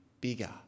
bigger